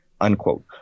Unquote